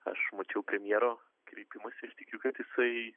aš mačiau premjero kreipimąsi ir tikiu kad jisai